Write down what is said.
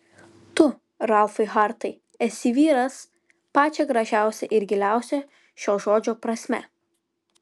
tu ralfai hartai esi vyras pačia gražiausia ir giliausia šio žodžio prasme